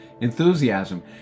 enthusiasm